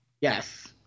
Yes